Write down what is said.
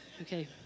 Okay